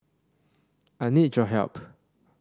I need your help